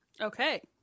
Okay